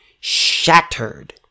shattered